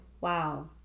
Wow